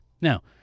Now